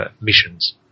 missions